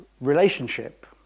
relationship